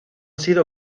sido